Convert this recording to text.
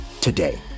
today